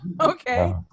okay